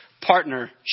partnership